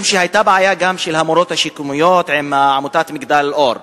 משום שהיתה גם בעיה של המורות השיקומיות בעמותת "מגדל אור"